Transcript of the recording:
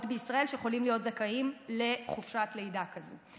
בישראל שיכולים להיות זכאים לחופשת לידה כזו.